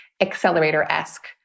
accelerator-esque